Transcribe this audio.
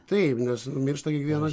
taip nes miršta kiekvieną